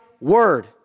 word